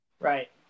Right